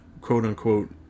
quote-unquote